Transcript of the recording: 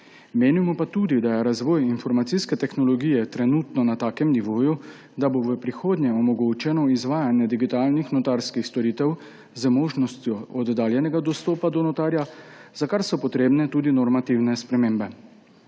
Menimo tudi, da je razvoj informacijske tehnologije trenutno na takem nivoju, da bo v prihodnje omogočeno izvajanje digitalnih notarskih storitev z možnostjo oddaljenega dostopa do notarja, za kar so potrebne tudi normativne spremembe.